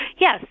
Yes